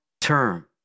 term